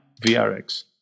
VRX